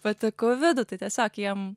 patekau į vidų tai tiesiog jiem